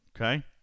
Okay